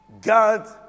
God